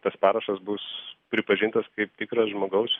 tas parašas bus pripažintas kaip tikras žmogaus